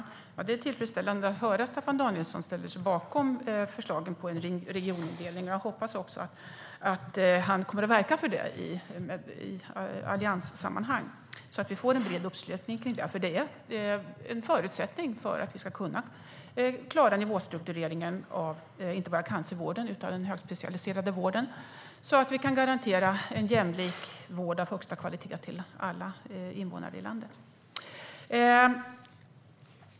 Herr talman! Det är tillfredsställande att höra att Staffan Danielsson ställer sig bakom förslagen om en regionindelning. Jag hoppas också att han kommer att verka för det i allianssammanhang så att vi får en bred uppslutning kring det. Det är en förutsättning för att vi ska kunna klara nivåstruktureringen av inte bara cancervården utan också den högspecialiserade vården så att vi kan garantera en jämlik vård av högsta kvalitet till alla invånare i landet.